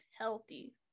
healthy